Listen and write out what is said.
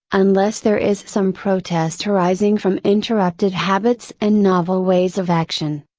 unless there is some protest arising from interrupted habits and novel ways of action,